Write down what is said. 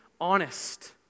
honest